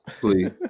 Please